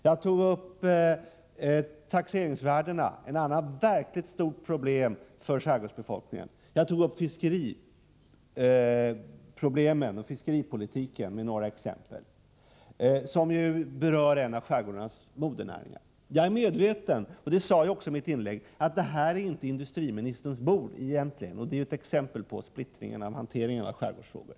Jag tog upp frågan om taxeringsvärdena — ett annat verkligt stort problem för skärgårdsbefolkningen. Jag tog också med några exempel upp fiskeriproblem och fiskeripolitiken, som ju berör en av skärgårdarnas modernäringar. Jag är medveten om — och det sade jag också i mitt inlägg — att detta egentligen inte är industriministerns bord. Detta är ett exempel på splittringen i hanteringen av skärgårdsfrågor.